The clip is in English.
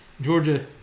Georgia